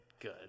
good